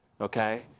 okay